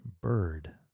bird